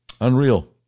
Unreal